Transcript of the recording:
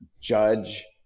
judge